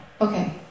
Okay